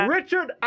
Richard